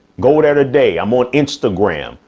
go there today. i'm on instagram,